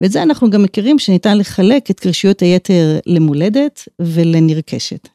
ואת זה אנחנו גם מכירים שניתן לחלק את קרישויות היתר למולדת ולנרכשת.